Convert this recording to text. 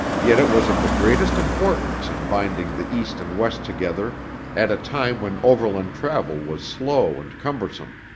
yet it was of the greatest importance in binding the east and west together at a time when overland travel was slow and cumbersome,